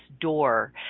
door